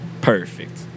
Perfect